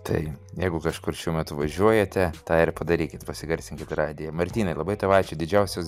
tai jeigu kažkur šiuo metu važiuojate tą ir padarykit pasigarsint radiją martynai labai tau ačiū didžiausias